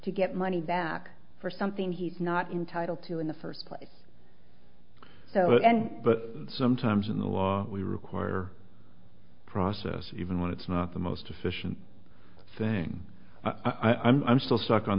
to get money back for something he's not entitled to in the first place so and but sometimes in the law we require process even when it's not the most efficient thing i'm still stuck on